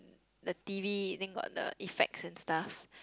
the T_V then got the effects and stuff